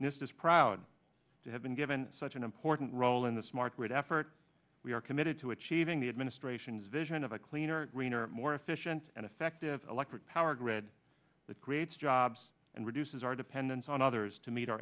is proud to have been given such an important role in the smart grid effort we are committed to achieving the administration's vision of a cleaner greener more efficient and effective electric power grid that creates jobs and reduces our dependence on others to meet